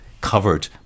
covered